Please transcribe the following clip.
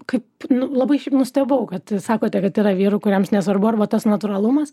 kaip nu labai šiaip nustebau kad sakote kad yra vyrų kuriems nesvarbu arba tas natūralumas